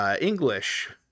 English